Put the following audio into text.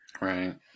Right